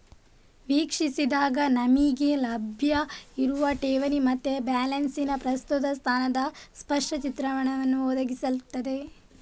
ವೀಕ್ಷಿಸಿದಾಗ ನಮಿಗೆ ಲಭ್ಯ ಇರುವ ಠೇವಣಿ ಮತ್ತೆ ಬ್ಯಾಲೆನ್ಸಿನ ಪ್ರಸ್ತುತ ಸ್ಥಾನದ ಸ್ಪಷ್ಟ ಚಿತ್ರಣವನ್ನ ಒದಗಿಸ್ತದೆ